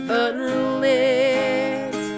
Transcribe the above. unlit